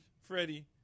Freddie